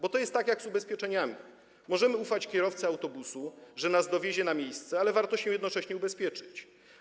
Bo to jest tak, jak z ubezpieczeniami: możemy ufać kierowcy autobusu, że nas dowiezie na miejsce, ale warto się jednocześnie ubezpieczyć.